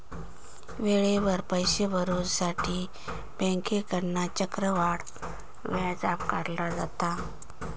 वेळेवर पैशे भरुसाठी बँकेकडना चक्रवाढ व्याज आकारला जाता